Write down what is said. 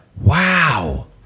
Wow